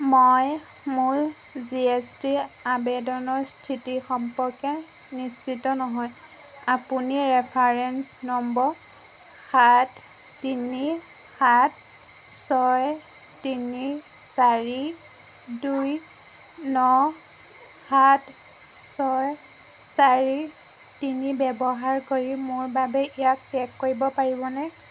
মই মোৰ G S T আবেদনৰ স্থিতি সম্পৰ্কে নিশ্চিত নহয় আপুনি ৰেফাৰেন্স নম্বৰ সাত তিনি সাত ছয় তিনি চাৰি দুই ন সাত ছয় চাৰি তিনি ব্যৱহাৰ কৰি মোৰ বাবে ইয়াক ট্ৰেক কৰিব পাৰিবনে